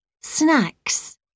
snacks